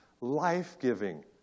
life-giving